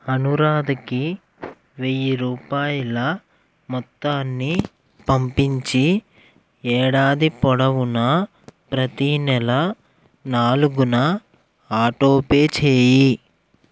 అనురాధకి వెయ్యి రూపాయల మొత్తాన్ని పంపించి ఏడాది పొడవునా ప్రతీ నెల నాలుగున ఆటోపే చేయి